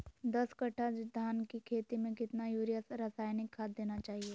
दस कट्टा धान की खेती में कितना यूरिया रासायनिक खाद देना चाहिए?